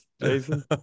Jason